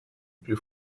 più